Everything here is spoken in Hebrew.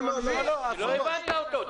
לא הבנת אותו.